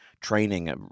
training